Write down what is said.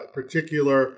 particular